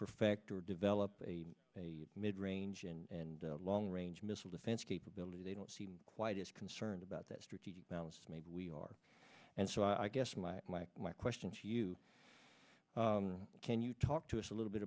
perfect or develop a a mid range and long range missile defense capability they don't seem quite as concerned about that strategic balance maybe we are and so i guess my like my question to you can you talk to us a little bit